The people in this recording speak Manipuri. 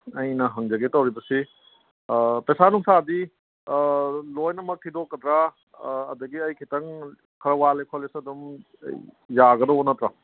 ꯑꯩꯅ ꯍꯪꯖꯒꯦ ꯇꯧꯔꯤꯕꯁꯤ ꯄꯩꯁꯥ ꯅꯨꯡꯁꯥꯗꯤ ꯂꯣꯏꯅꯃꯛ ꯊꯤꯗꯣꯛꯀꯗ꯭ꯔꯥ ꯑꯗꯒꯤ ꯑꯩ ꯈꯤꯇꯪ ꯈꯔ ꯋꯥꯠꯂꯦ ꯈꯣꯠꯂꯦꯁꯨ ꯑꯗꯨꯝ ꯌꯥꯒꯗꯧꯕ ꯅꯠꯇ꯭ꯔꯣ